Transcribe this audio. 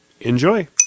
Enjoy